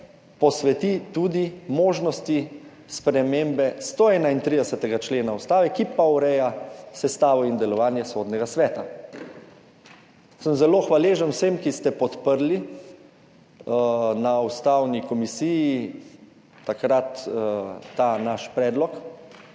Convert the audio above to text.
posveti tudi možnosti spremembe 131. člena Ustave, ki pa ureja sestavo in delovanje Sodnega sveta. Zelo sem hvaležen vsem, ki ste podprli na Ustavni komisiji takrat ta naš predlog,